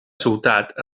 ciutat